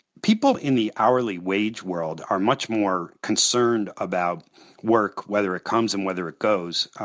people in the hourly wage world are much more concerned about work, whether it comes and whether it goes.